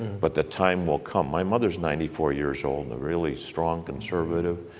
but the time will come. my mother is ninety four years old, really strong conservative.